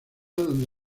donde